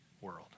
world